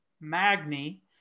magni